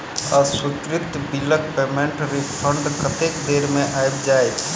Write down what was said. अस्वीकृत बिलक पेमेन्टक रिफन्ड कतेक देर मे आबि जाइत?